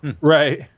Right